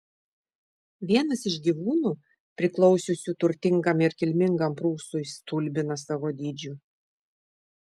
vienas iš gyvūnų priklausiusių turtingam ir kilmingam prūsui stulbina savo dydžiu